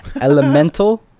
elemental